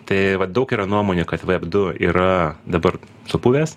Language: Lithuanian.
tai vat daug yra nuomonių kad veb du yra dabar supuvęs